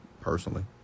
personally